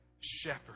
shepherd